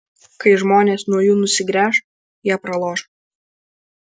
kai žmonės nuo jų nusigręš jie praloš